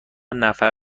نفر